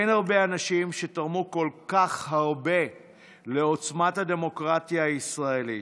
אין הרבה אנשים שתרמו כל כך הרבה לעוצמת הדמוקרטיה הישראלית.